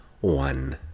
one